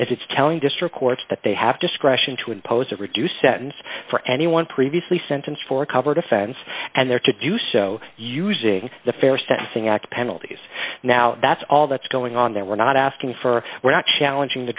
it's telling district courts that they have discretion to impose a reduced sentence for anyone previously sentenced for a covered offense and there to do so using the fair sentencing act penalties now that's all that's going on there we're not asking for we're not challenging the